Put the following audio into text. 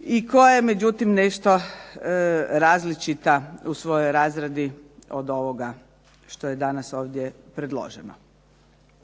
i koja međutim nešto različita u svojoj razradi od ovoga što je ovdje danas predloženo.